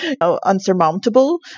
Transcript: unsurmountable